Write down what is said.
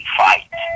fight